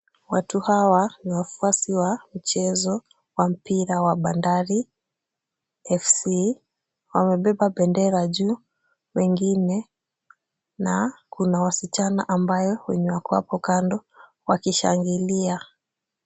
Watu hawa ni wafuasi wa mchezo wa mpira wa Bandari FC. Wamebeba bendera juu wengine na kuna wasichana ambayo wenye wako hapo kando wakishangilia.